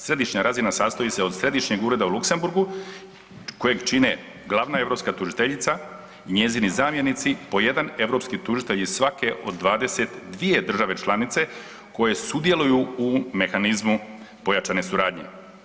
Središnja razina sastoji se od Središnjeg ureda u Luksemburgu kojeg čine glavna europska tužiteljica i njezini zamjenici, po jedan europski tužitelj iz svake od 22 države članice koje sudjeluju u mehanizmu pojačanje suradnje.